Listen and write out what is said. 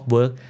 Work